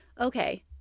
Okay